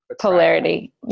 Polarity